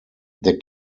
der